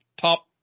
top